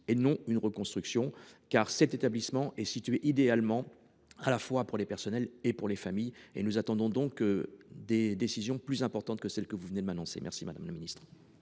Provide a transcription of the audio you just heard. et non d’une reconstruction, car cet établissement est idéalement situé, tant pour les personnels que pour les familles. Nous attendons donc des décisions plus importantes que celles que vous venez d’annoncer. La parole est